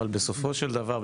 אבל בסופו של דבר,